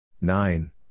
Nine